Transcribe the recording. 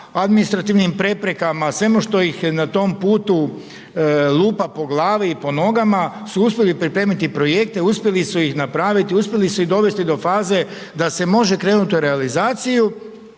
administrativnim preprekama, sve ono što ih na tom putu lupa po glavi i po nogama su uspjeli pripremiti projekte, uspjeli su ih napraviti, uspjeli su ih dovesti do faze da se može krenuti u realizaciju